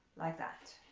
like that,